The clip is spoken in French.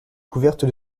couverte